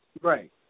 Right